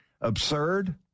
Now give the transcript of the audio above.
Absurd